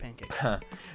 pancakes